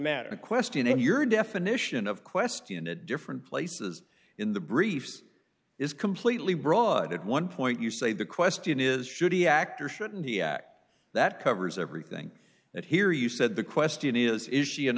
a question and your definition of question a different places in the briefs is completely broad at one point you say the question is should he act or shouldn't he act that covers everything that here you said the question is is she an